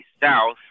South